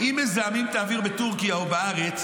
אם מזהמים את האוויר בטורקיה או בארץ,